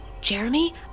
Jeremy